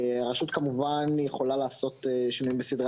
הרשות כמובן יכולה לעשות שינויים בסדרי